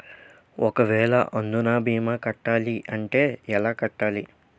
ఒక వేల అందునా భీమా కట్టాలి అంటే ఎలా కట్టాలి?